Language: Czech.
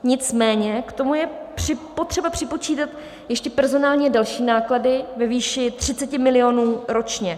Nicméně k tomu je potřeba připočítat ještě personálně další náklady ve výši 30 milionů korun ročně.